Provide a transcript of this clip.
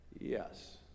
Yes